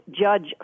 judge